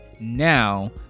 now